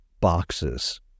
boxes